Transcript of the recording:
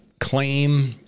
Claim